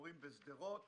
ובשדרות